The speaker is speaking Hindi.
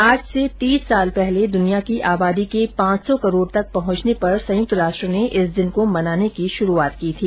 आज से तीस साल पहले दुनिया की आबादी के पांच सौ करोड तक पहुंचने पर संयुक्त राष्ट्र ने इस दिन को मनाने की शुरूआत की थी